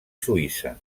suïssa